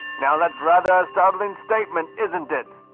now that's rather a startling statement, isn't it?